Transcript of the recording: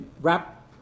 wrap